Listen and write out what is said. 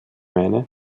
meine